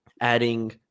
adding